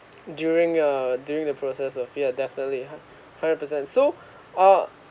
during err during the process of yeah definitely hu~ hundred percent so ah